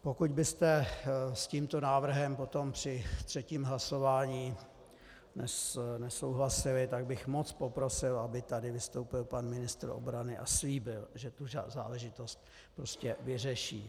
Pokud byste s tímto návrhem potom při třetím hlasování nesouhlasili, tak bych moc poprosil, aby tady vystoupil pan ministr obrany a slíbil, že tu záležitost prostě vyřeší.